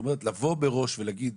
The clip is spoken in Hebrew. בזמנו אני עומד מאחורי כל צעד.